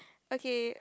okay